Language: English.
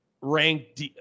ranked